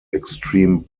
extreme